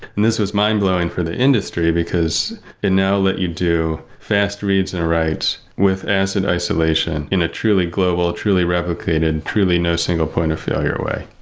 and this was mind-blowing for the industry, because it now let you do fast reads and writes with acid isolation in a truly global, truly replicated, truly no single point of failure way.